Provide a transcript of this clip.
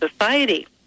society